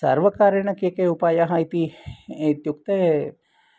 सर्वकारेण के के उपायाः इति इत्युक्ते